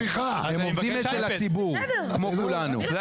הם עובדים אצל הציבור, כמו כולנו.